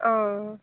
अँ